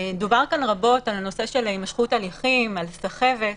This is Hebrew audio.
דובר כאן רבות על הימשכות התהליכים ועל סחבת.